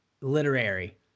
literary